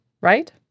right